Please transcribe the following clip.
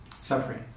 suffering